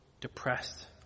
depressed